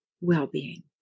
well-being